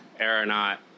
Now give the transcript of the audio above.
aeronaut